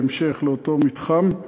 בהמשך לאותו מתחם.